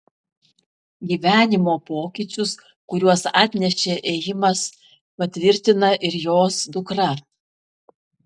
gyvenimo pokyčius kuriuos atnešė ėjimas patvirtina ir jos dukra